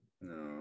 no